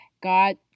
God